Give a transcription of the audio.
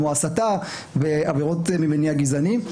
כמו הסתה ועבירות ממניע גזעני.